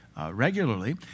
regularly